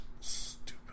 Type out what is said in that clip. Stupid